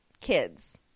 Kids